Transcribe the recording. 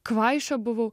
kvaiša buvau